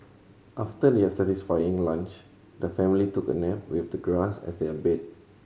after their satisfying lunch the family took a nap with the grass as their bed